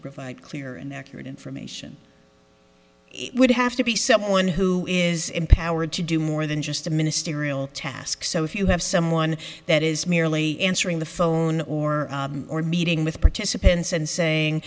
provide clear and accurate information it would have to be someone who is empowered to do more than just a ministerial task so if you have someone that is merely answering the phone or meeting with participants and saying